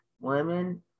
women